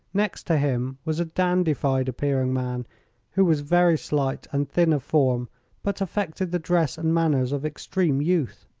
next to him was a dandified appearing man who was very slight and thin of form but affected the dress and manners of extreme youth.